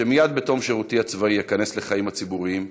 שמייד בתום שירותי הצבאי איכנס לחיים הציבוריים,